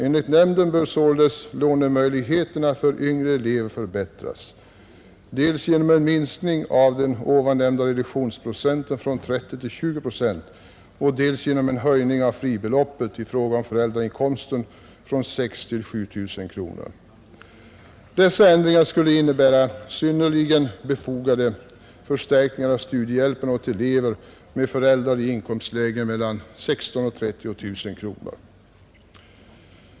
Enligt nämnden bör således lånemöjligheterna för yngre elever förbättras dels genom en minskning av den nämnda reduktionsprocenten från 30 till 20, dels genom en höjning av fribeloppet i fråga om föräldrainkomsten från 6 000 till 7 000 kronor. Dessa ändringar skulle innebära synnerligen befogade förstärkningar av studiehjälpen åt elever med föräldrar i inkomstlägen mellan 16 000 och 30 000 kronor.